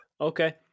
Okay